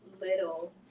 little